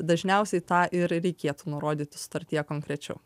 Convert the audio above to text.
dažniausiai tą ir reikėtų nurodyti sutartyje konkrečiau